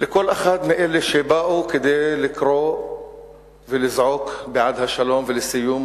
לכל אחד מאלה שבאו כדי לקרוא ולזעוק בעד השלום וסיום